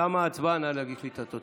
תמה הצבעה, נא להגיש לי את התוצאות.